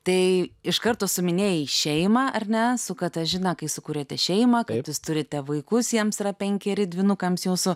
tai iš karto suminėjai šeimą ar ne su katažyna kai sukūrėte šeimą kad jūs turite vaikus jiems yra penkeri dvynukams jūsų